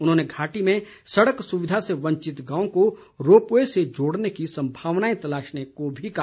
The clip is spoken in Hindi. उन्होंने घाटी में सड़क सुविधा से वंचित गांव को रोप वे से जोड़ने की संभावनाएं तलाशने को भी कहा